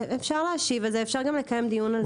אפשר להשיב על זה, אפשר גם לקיים דיון על זה.